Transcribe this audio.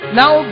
now